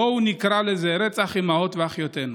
בואו נקרא לזה רצח אימהותינו ואחיותינו,